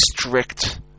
strict